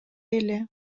эле